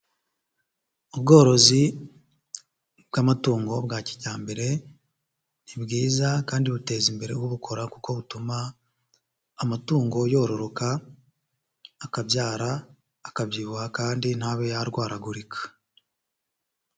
Ubworozi bw'amatungo bwa kijyambere ni bwiza kandi buteza imbere ubukora kuko butuma amatungo yororoka, akabyara, akabyibuha kandi ntabe yarwaragurika.